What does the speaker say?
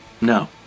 No